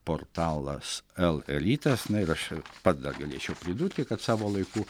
portalas lrytas na ir aš pats dar galėčiau pridurti kad savo laiku